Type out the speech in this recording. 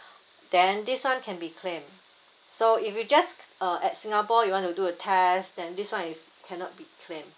then this [one] can be claimed so if you just uh at singapore you want to do a test then this [one] is cannot be claim